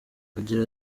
agira